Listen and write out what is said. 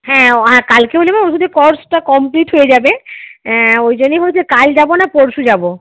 হ্যাঁ কালকে হলে আমার ওষুধের কোর্সটা কমপ্লিট হয়ে যাবে ওই জন্যেই হচ্ছে কাল যাব না পরশু যাব